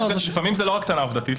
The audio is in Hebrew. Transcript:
לפעמים זאת לא רק טענה עובדתית,